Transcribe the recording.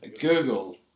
Google